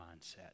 mindset